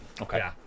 okay